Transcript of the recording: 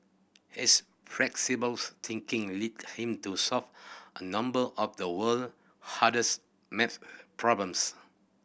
his flexible thinking led him to solve a number of the world's hardest maths problems